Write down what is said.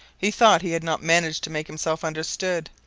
he thought he had not managed to make himself understood.